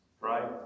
Right